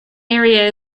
area